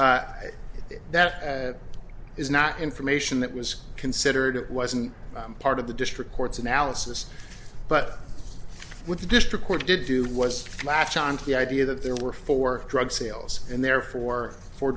that is not information that was considered it wasn't part of the district court's analysis but what the district court did do was latch on to the idea that there were for drug sales and therefore for